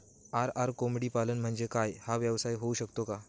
RR कोंबडीपालन म्हणजे काय? हा व्यवसाय होऊ शकतो का?